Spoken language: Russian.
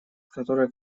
которая